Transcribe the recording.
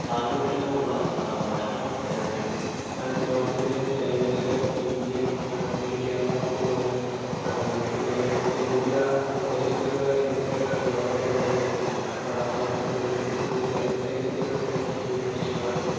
താങ്കൾക്കിഷ്ടമുള്ള ഭക്ഷണങ്ങൾ ഏതൊക്കെയാണ് north Indian Chinese Indian പിന്നെ കേരളാ ഫുഡുകള് പിന്നെ പുതിയ പുതിയ ഫുഡൈറ്റംസ്കള് ഇന്നത്തെ ലോകത്ത് വന്ന് കൊണ്ടിരിക്കുകയാണ് അപ്പം അതിന്റെ അകത്ത് കൂടുതല് ഫുഡുകള് ചൈനീസ് ഐറ്റംസുകളൊക്കെ എനിക്ക് കൂടുതലായിട്ട് ഇഷ്ടമാണ്